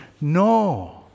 no